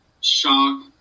shock